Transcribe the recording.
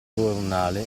coronale